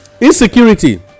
insecurity